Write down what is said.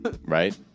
Right